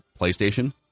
PlayStation